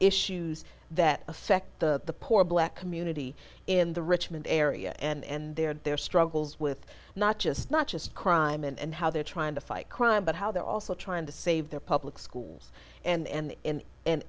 issues that affect the poor black community in the richmond area and they're in their struggles with not just not just crime and how they're trying to fight crime but how they're also trying to save their public schools and in and